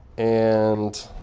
and